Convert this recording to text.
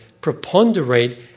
preponderate